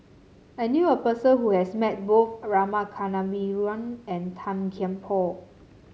I knew a person who has met both Rama Kannabiran and Tan Kian Por